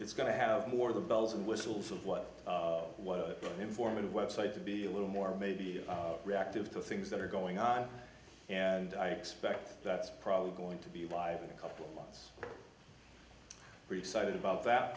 it's going to have more of the bells and whistles of what what informative website to be a little more maybe a reactive to things that are going on and i expect that's probably going to be live in a couple months we've cited above that